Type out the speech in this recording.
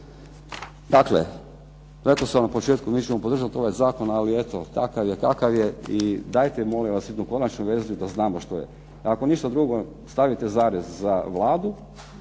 Dakle, rekao sam vam na početku mi ćemo podržati ovaj Zakon, kakav je takav je i dajte molim vas jednu konačnu verziju da znamo što je. Ako ništa drugo stavite zarez za Vladu,